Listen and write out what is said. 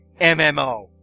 MMO